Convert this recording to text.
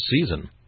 season